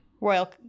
Royal